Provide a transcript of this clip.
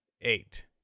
eight